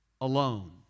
alone